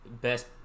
best